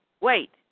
Wait